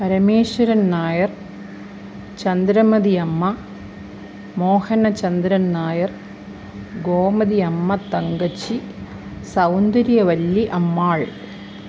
Parameswaran Nair Chandramathiyamma Mohana Chandran Nair Gomathiyammathankachi Soundaryavalli Ammal